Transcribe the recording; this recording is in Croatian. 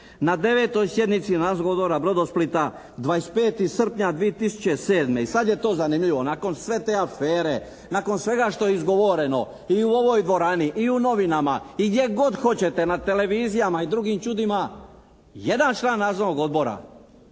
Na 9. sjednici Nadzornog odbora Brodosplita 25. srpnja 2007. i sad je to zanimljivo, nakon sve te afere, nakon svega što je izgovoreno i u ovoj dvora ni i u novinama i gdje god hoćete i na televizijama i na drugim čudima jedan član Nadzornog odbora